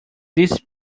these